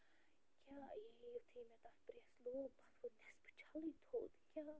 کیٛاہ یہِ یِتھُے مےٚ تتھ پرٛٮ۪س لوگ تتھ ؤژھ نٮ۪صفہٕ چھلٕے تھوٚد کیٛاہ